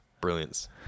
brilliance